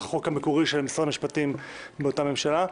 החוק המקורי של משרד המשפטים באותה ממשלה.